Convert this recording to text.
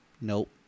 Nope